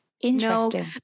Interesting